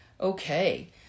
Okay